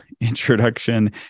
introduction